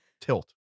tilt